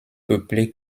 peuplé